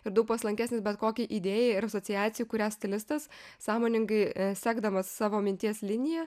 ir daug paslankesnis bet kokiai idėjai ir asociacijai kurią stilistas sąmoningai sekdamas savo minties linija